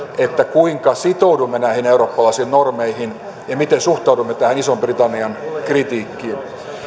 kuinka sitoudumme näihin eurooppalaisiin normeihin ja miten suhtaudumme ison britannian kritiikkiin